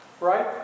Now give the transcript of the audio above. Right